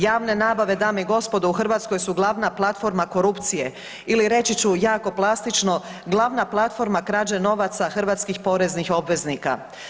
Javne nabave dame i gospodo u Hrvatskoj su glavna platforma korupcije ili reći ću jako plastično, glavna platforma krađe novaca hrvatskih poreznih obveznika.